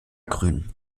grün